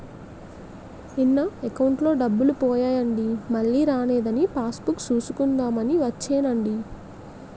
నిన్న నా అకౌంటులో డబ్బులు పోయాయండి మల్లీ రానేదని పాస్ బుక్ సూసుకుందాం అని వచ్చేనండి